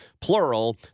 plural